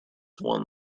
one